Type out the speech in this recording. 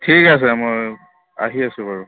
ঠিক আছে মই আহি আছোঁ বাৰু